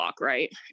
right